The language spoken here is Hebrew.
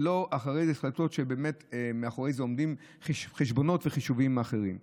ולא החלטות שבאמת מאחוריהן עומדים חשבונות וחישובים אחרים.